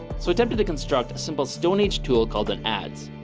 so attempted to construct a simple stone-age tool called an adze